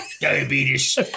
Diabetes